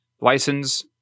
license